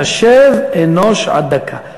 תָּשֵׁב אנוש עד דַּכָּא".